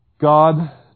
God